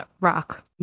rock